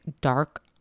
dark